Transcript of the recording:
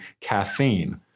caffeine